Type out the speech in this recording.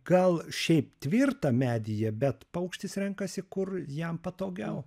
gal šiaip tvirta medyje bet paukštis renkasi kur jam patogiau